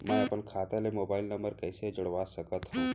मैं अपन खाता ले मोबाइल नम्बर कइसे जोड़वा सकत हव?